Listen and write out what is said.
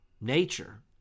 nature